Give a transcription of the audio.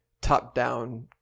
top-down